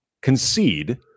concede